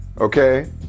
Okay